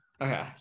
Okay